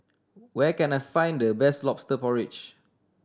where can I find the best Lobster Porridge